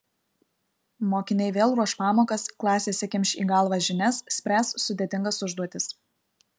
mokiniai vėl ruoš pamokas klasėse kimš į galvą žinias spręs sudėtingas užduotis